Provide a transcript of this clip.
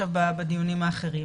בדיונים האחרים.